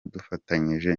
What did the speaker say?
dufatanyije